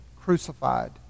crucified